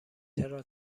چرا